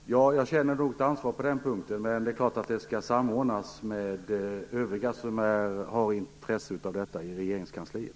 Fru talman! Jag känner nog ett ansvar på den punkten, men det är klart att det skall samordnas med övriga som har intresse av detta i regeringskansliet.